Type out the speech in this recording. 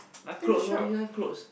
clothes all these eh clothes